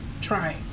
try